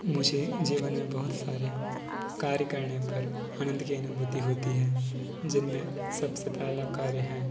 मुझे जीवन में बहुत सारे कार्य करने पर आनंद की अनुभूति होती है जिनमें सबसे पहला कार्य है